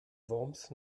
worms